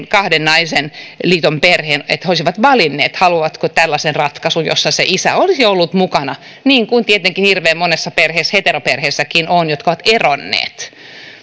kahden naisen liiton perheelle että he olisivat valinneet haluavatko tällaisen ratkaisun jossa se isä olisi ollut mukana niin kuin tietenkin hirveän monessa sellaisessa perheessä heteroperheessäkin on jotka ovat eronneet